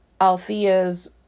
Althea's